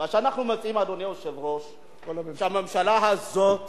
אבל בממשלה הזאת